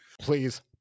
Please